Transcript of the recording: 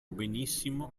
benissimo